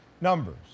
numbers